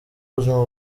buzima